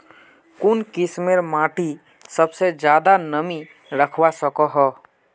कुन किस्मेर माटी सबसे ज्यादा नमी रखवा सको हो?